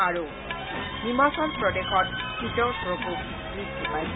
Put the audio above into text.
আৰু হিমাচল প্ৰদেশত শীতৰ প্ৰকোপ বৃদ্ধি পাইছে